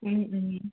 ও